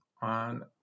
On